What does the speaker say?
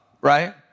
right